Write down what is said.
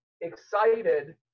excited